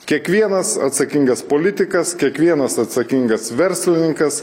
kiekvienas atsakingas politikas kiekvienas atsakingas verslininkas